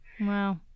Wow